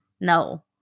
No